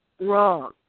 wrong